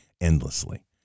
endlessly